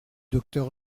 docteur